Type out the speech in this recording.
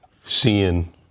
seeing